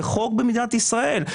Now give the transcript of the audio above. זה חוק במדינת ישראל,